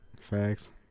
Facts